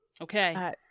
Okay